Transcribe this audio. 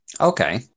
Okay